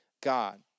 God